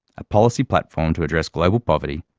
a policy platform to address global poverty,